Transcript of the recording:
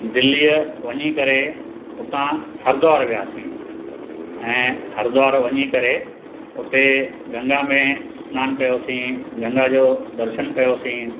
दिल्लीअ वञी करे उतां हरिद्वार वियासीं ऐं हरिद्वार वञी करे हुते गंगा में सनानु कयोसीं गंगा जो दर्शनु कयोसीं